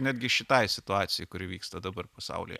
netgi šitai situacijai kuri vyksta dabar pasaulyje